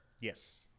Yes